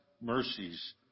mercies